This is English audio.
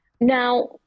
Now